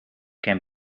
can